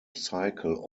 cycle